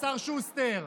השר שוסטר,